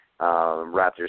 Raptors